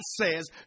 says